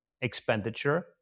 expenditure